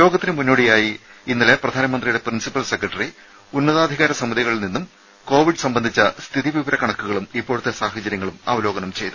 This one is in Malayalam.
യോഗത്തിന് മുന്നോടിയായി ഇന്നലെ പ്രധാനമന്ത്രിയുടെ പ്രിൻസിപ്പൽ സെക്രട്ടറി ഉന്നതാധികാര സമിതികളിൽ നിന്നും കോവിഡ് സംബന്ധിച്ച സ്ഥിതി വിവര കണക്കുകളും ഇപ്പോഴത്തെ സാഹചര്യങ്ങളും അവലോകനം ചെയ്തു